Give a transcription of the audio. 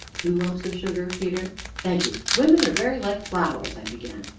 two lumps of sugar, peter? thank you! women are very like flowers i began.